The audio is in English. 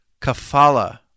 Kafala